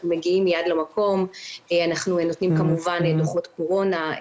אנחנו מגיעים מיד למקום ונותנים דוחות קורונה,